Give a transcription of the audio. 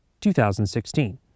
2016